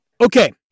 Okay